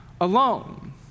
alone